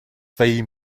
своей